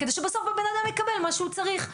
כדי שבסוף האדם יקבל מה שהוא צריך.